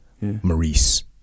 Maurice